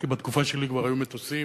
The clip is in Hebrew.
כי בתקופה שלי כבר היו מטוסים,